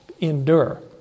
endure